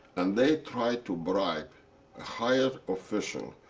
and they tried to bribe a higher official